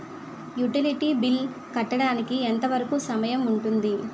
Utility bill కట్టడానికి ఎంత వరుకు సమయం ఉంటుంది?